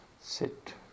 Sit